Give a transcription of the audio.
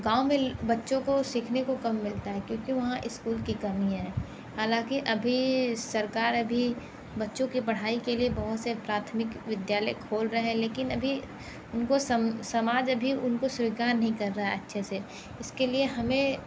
गाँव में बच्चों को सीखने को कम मिलता है क्योंकि वहाँ इस्कूल की कमी है हालांकि अभी सरकार अभी बच्चों की पढ़ाई के लिए बहुत से प्राथमिक विद्यालय खोल रहे हैं लेकिन अभी उनको सम समाज अभी उनको स्वीकार नहीं कर रहा है अच्छे से इसके लिए हमें